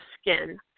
skin